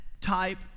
type